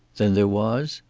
then there was?